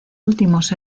últimos